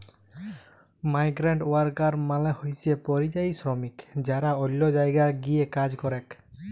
migrant worker মালে হইসে পরিযায়ী শ্রমিক যারা অল্য জায়গায় গিয়ে কাজ করেক